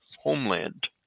homeland